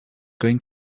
going